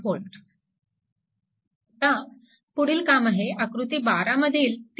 13V आता पुढील काम आहे आकृती 12 मधील 3